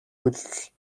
үйлдэл